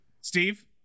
Steve